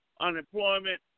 unemployment